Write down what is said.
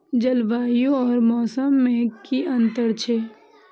जलवायु और मौसम में कि अंतर छै?